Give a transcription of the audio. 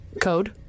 Code